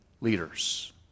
leaders